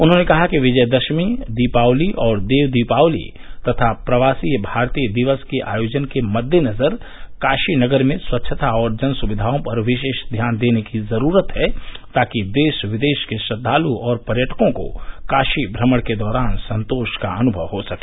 उन्होंने कहा कि विजय दश्मम दीपावली और देव दीपावली तथा प्रवासी भारतीय दिवस के आयोजन के मददेनजर काशी नगर में स्वच्छता और जन सुक्विओं पर विशेष ध्यान देने की ज़रूरत है ताकि देश विदेश के श्रद्वालू और पर्यटकॉ को काशी भ्रमण के दौरान संतोष का अनुभव हो सके